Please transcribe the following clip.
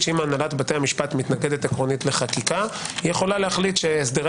שאם הנהלת בתי המשפט מתנגדת עקרונית לחקיקה היא יכולה להחליט שהסדרי